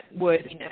worthiness